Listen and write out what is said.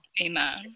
Amen